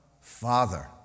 Father